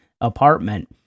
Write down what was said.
apartment